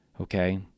Okay